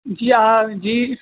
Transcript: جی ہ جی